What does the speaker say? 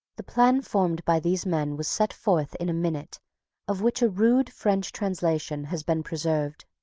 the plan formed by these men was set forth in a minute of which a rude french translation has been preserved.